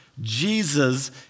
Jesus